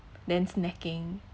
then snacking